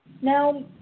Now